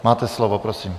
Máte slovo, prosím.